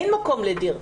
אין מקום לדיר.